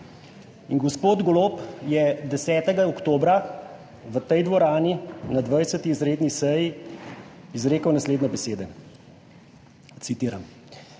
gospod Golob je 10. oktobra v tej dvorani na 20. izredni seji izrekel naslednje besede, citiram: